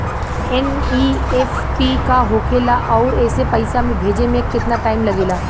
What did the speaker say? NEFT का होखे ला आउर एसे पैसा भेजे मे केतना टाइम लागेला?